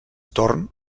torn